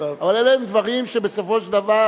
אבל אלה הם דברים שבסופו של דבר,